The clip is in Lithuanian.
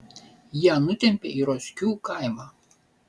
ją nutempė į ročkių kaimą